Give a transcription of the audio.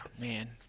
Man